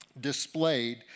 displayed